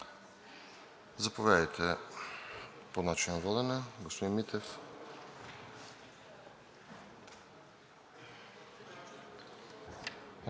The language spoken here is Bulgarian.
Заповядайте по начина на водене, господин Митев.